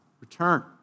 return